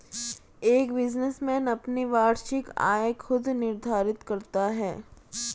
एक बिजनेसमैन अपनी वार्षिक आय खुद निर्धारित करता है